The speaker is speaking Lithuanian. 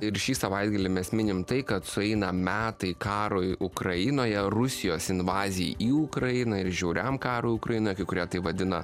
ir šį savaitgalį mes minim tai kad sueina metai karui ukrainoje rusijos invazijai į ukrainą ir žiauriam karui ukrainoj kai kurie tai vadina